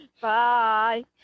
Bye